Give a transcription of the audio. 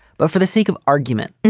but for the sake of argument, and